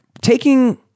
taking